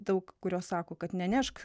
daug kurios sako kad nenešk